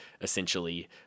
essentially